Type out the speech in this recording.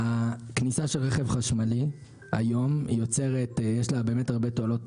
לכניסה של רכב חשמלי היום יש באמת הרבה תועלות